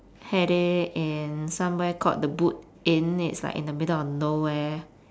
had it in somewhere called the boot inn it's like in the middle of nowhere